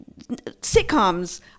sitcoms